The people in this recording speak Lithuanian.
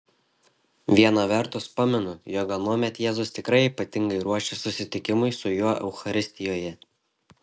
viena vertus pamenu jog anuomet jėzus tikrai ypatingai ruošė susitikimui su juo eucharistijoje